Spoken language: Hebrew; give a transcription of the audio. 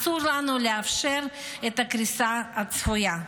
אסור לנו לאפשר את הקריסה הצפויה.